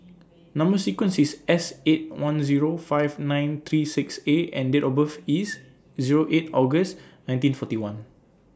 Number sequence IS S eight one Zero five nine three six A and Date of birth IS Zero eight August nineteen forty one